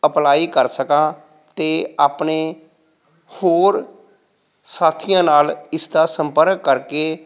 apply ਕਰ ਸਕਾਂ ਅਤੇ ਆਪਣੇ ਹੋਰ ਸਾਥੀਆਂ ਨਾਲ ਇਸਦਾ ਸੰਪਰਕ ਕਰਕੇ